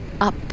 up